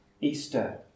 Easter